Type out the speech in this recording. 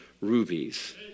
rubies